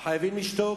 חייבים לשתוק.